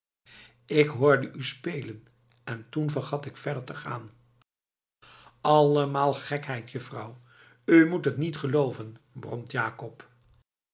ik hoorde u spelen en toen vergat ik verder te gaan allemaal gekheid juffrouw u moet het niet gelooven bromt jakob